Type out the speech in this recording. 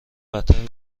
بدتر